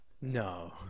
no